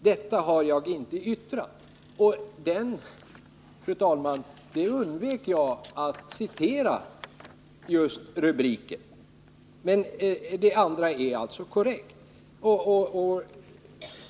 Detta har jag inte yttrat ———.” Jag undvek, fru talman, att citera just rubriken, men det andra som jag återgav är alltså korrekt.